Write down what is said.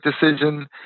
decision